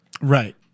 Right